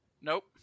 nope